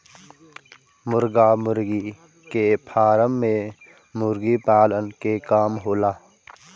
मुर्गा मुर्गी के फार्म में मुर्गी पालन के काम होला